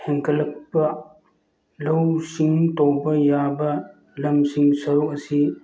ꯍꯦꯟꯒꯠꯂꯛꯄ ꯂꯧꯎ ꯁꯤꯡꯎ ꯇꯧꯕ ꯌꯥꯕ ꯂꯝꯁꯤꯡ ꯁꯔꯨꯛ ꯑꯁꯤ